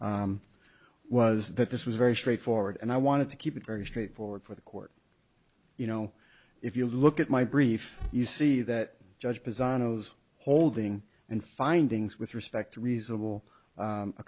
chief was that this was very straightforward and i wanted to keep it very straightforward for the court you know if you look at my brief you see that judge design of holding and findings with respect to reasonable